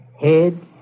head